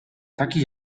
takich